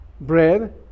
bread